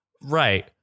right